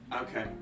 Okay